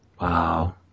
Wow